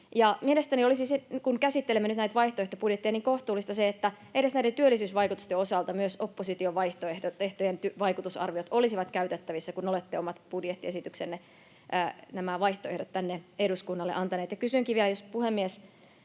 Mielestäni olisi, kun käsittelemme nyt näitä vaihtoehtobudjetteja, kohtuullista se, että edes näiden työllisyysvaikutusten osalta myös opposition vaihtoehtoihin tehdyt vaikutusarviot olisivat käytettävissä, kun olette omat budjettiesityksenne, nämä vaihtoehdot, tänne eduskunnalle antaneet. Kysynkin vielä, jos puhemies